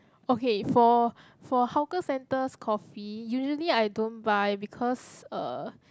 okay for for hawker centres coffee usually I don't buy because uh